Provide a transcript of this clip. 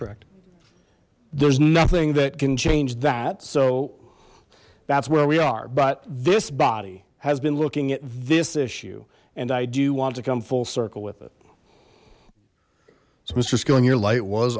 correct there's nothing that can change that so that's where we are but this body has been looking at this issue and i do want to come full circle with it so mister skilling your light was